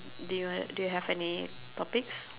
do you want do you have any topics